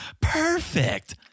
perfect